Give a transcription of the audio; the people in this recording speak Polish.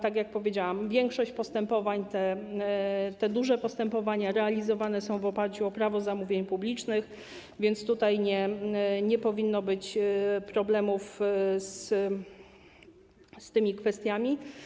Tak jak powiedziałam, większość postępowań, te duże postępowania realizowane są w oparciu o Prawo zamówień publicznych, więc nie powinno być problemów z tymi kwestiami.